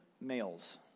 males